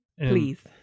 Please